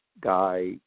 guy